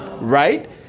Right